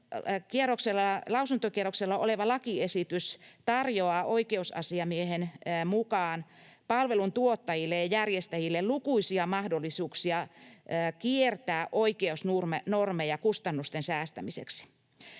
lausuntokierroksella oleva lakiesitys tarjoaa oikeusasiamiehen mukaan palvelun tuottajille ja järjestäjille lukuisia mahdollisuuksia kiertää oikeusnormeja kustannusten säästämiseksi.